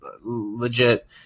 legit